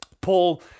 Paul